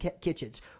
Kitchens